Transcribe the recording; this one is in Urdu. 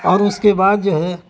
اور اس کے بعد جو ہے